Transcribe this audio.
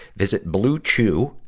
visit bluechew.